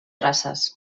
traces